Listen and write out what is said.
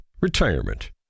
Retirement